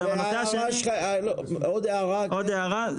עוד הערה.